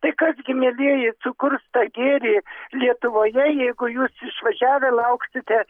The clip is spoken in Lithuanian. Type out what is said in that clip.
tai kas gi mielieji sukurs tą gėrį lietuvoje jeigu jūs išvažiavę lauksite